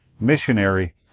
missionary